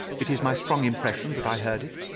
it is my strong impression that i heard it,